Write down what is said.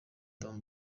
don